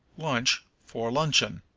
lunch for luncheon.